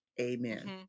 Amen